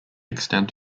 extent